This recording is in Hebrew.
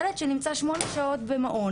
ילד שנמצא שמונה שעות ביום,